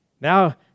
Now